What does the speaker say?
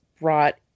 brought